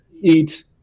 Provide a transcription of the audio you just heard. eat